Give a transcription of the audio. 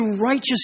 righteous